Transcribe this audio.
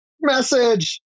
message